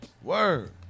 Word